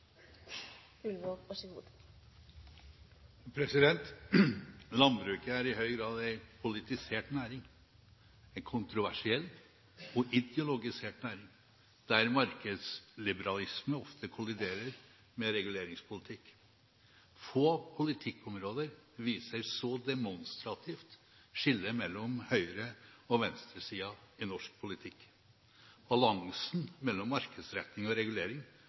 i høy grad en politisert næring, en kontroversiell og ideologisert næring der markedsliberalisme ofte kolliderer med reguleringspolitikk. Få politikkområder viser så demonstrativt skillet mellom høyre- og venstresiden i norsk politikk. Balansen mellom markedsretting og regulering,